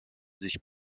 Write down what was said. sich